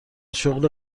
شغل